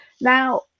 Now